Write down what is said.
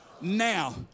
now